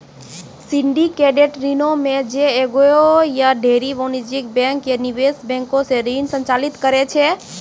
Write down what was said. syndicated ऋणो मे जे एगो या ढेरी वाणिज्यिक बैंक या निवेश बैंको से ऋण संचालित करै छै